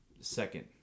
second